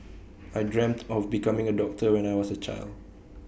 I dreamt of becoming A doctor when I was A child